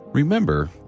remember